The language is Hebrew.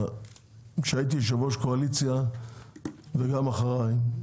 כשהייתי יושב ראש קואליציה וגם אחריי,